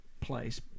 place